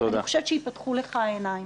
אני חושבת שייפתחו לך העיניים.